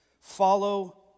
follow